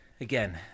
Again